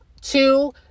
Two